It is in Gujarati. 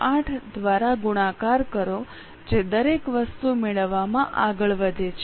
08 દ્વારા ગુણાકાર કરો જે દરેક વસ્તુ મેળવવામાં આગળ વધે છે